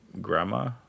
grandma